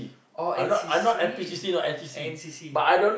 oh N_C_C N_C_C